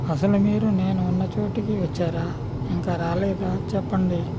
అసలు మీరు నేను ఉన్న చోటికి వచ్చారా ఇంకా రాలేదా చెప్పండి